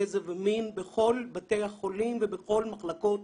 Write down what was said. גזע ומין בכל בתי החולים ובכל המחלקות